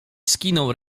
skinął